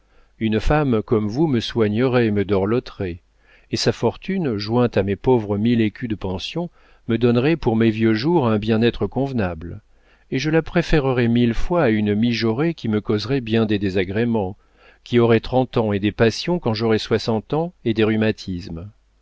une femme comme vous me soignerait me dorloterait et sa fortune jointe à mes pauvres mille écus de pension me donnerait pour mes vieux jours un bien-être convenable et je la préférerais mille fois à une mijaurée qui me causerait bien des désagréments qui aurait trente ans et des passions quand j'aurais soixante ans et des rhumatismes